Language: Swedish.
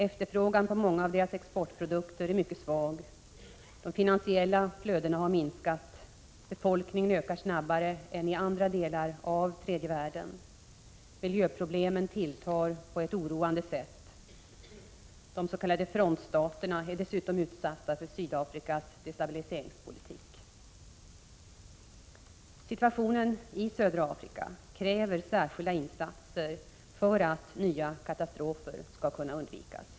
Efterfrågan på många av deras exportprodukter är mycket svag. De finansiella flödena har minskat. Befolkningen ökar snabbare än i andra delar av tredje världen. Miljöproblemen tilltar på ett oroande sätt. De s.k. frontstaterna är dessutom utsatta för Sydafrikas destabiliseringspolitik. Situationen i södra Afrika kräver särskilda insatser för att nya katastrofer skall kunna undvikas.